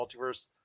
Multiverse